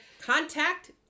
contact